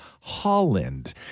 Holland